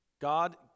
God